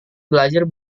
belajar